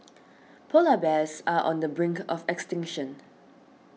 Polar Bears are on the brink of extinction